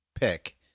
pick